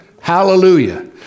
Hallelujah